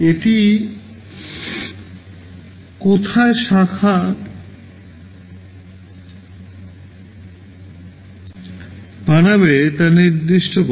এটি কোথায় শাখা বানাবে তা নির্দিষ্ট করে